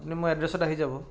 আপুনি মোৰ এড্ৰেছত আহি যাব